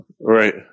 Right